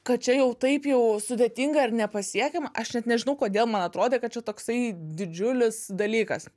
kad čia jau taip jau sudėtinga ir nepasiekiama aš net nežinau kodėl man atrodė kad čia toksai didžiulis dalykas